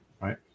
right